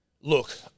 look